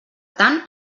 tant